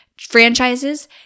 franchises